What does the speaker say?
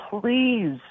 please